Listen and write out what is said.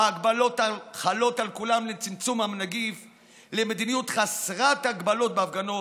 הגבלות החלות על כולם לצמצום הנגיף ומדיניות חסרת הגבלות בהפגנות,